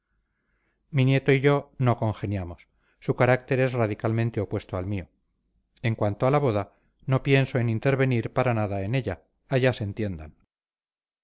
mi nieto y yo no congeniamos su carácter es radicalmente opuesto al mío en cuanto a la boda no pienso en intervenir para nada en ella allá se entiendan